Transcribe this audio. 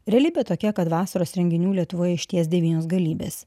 realybė tokia kad vasaros renginių lietuvoje išties devynios galybės